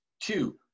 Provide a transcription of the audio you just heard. Two